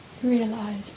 realized